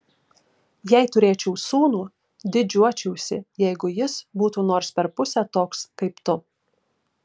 jei turėčiau sūnų didžiuočiausi jeigu jis būtų nors per pusę toks kaip tu